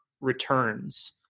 returns